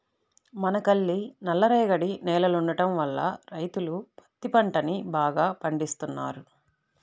మనకల్లి నల్లరేగడి నేలలుండటం వల్ల రైతులు పత్తి పంటని బాగా పండిత్తన్నారు